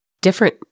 different